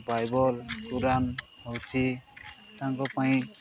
Bible ପୁରାଣ ହେଉଛି ତାଙ୍କ ପାଇଁ